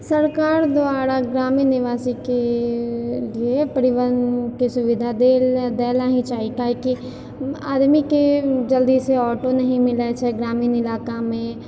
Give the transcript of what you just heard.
सरकार द्वारा ग्रामीण निवासीके लिअ परिवहनकी सुविधा देना देना ही चाहिए काहे कि आदमीके जल्दीसँ ऑटो नहि मिलै छै ग्रामीण इलाकामे